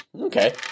Okay